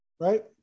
Right